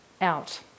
out